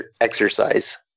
exercise